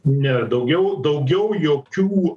ne daugiau daugiau jokių